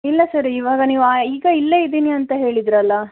ಇಲ್ಲ ಸರ್ ಇವಾಗ ನೀವು ಈಗ ಇಲ್ಲೇ ಇದ್ದೀನಿ ಅಂತ ಹೇಳಿದ್ದಿರಲ್ಲ